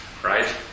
right